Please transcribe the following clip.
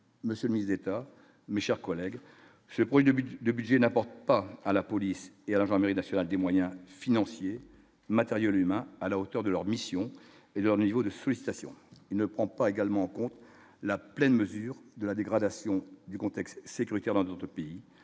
monsieur à mes chers collègues, ce projet de budget de budget n'apporte pas à la police et à l'infirmerie national des moyens financiers matériaux l'humain à la hauteur de leur mission et leur niveau de sollicitation, il ne prend pas également en compte la pleine mesure de la dégradation du contexte sécuritaire dans notre pays